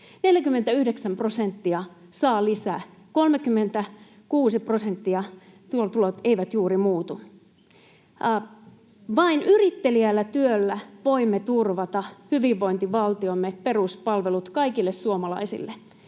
49 prosenttia saa lisää, ja 36 prosentin tulot eivät juuri muutu. Vain yritteliäällä työllä voimme turvata hyvinvointivaltiomme peruspalvelut kaikille suomalaisille,